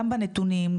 גם בנתונים,